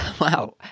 Wow